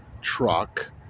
Truck